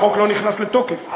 החוק לא נכנס לתוקף.